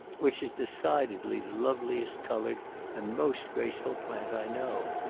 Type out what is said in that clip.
which is decidedly the loveliest coloured and most graceful plant i know.